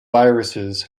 viruses